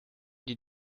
die